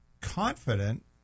confident